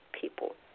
people